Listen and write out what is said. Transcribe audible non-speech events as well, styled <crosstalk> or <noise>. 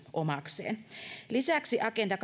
omakseen lisäksi agenda <unintelligible>